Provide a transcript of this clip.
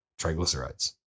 triglycerides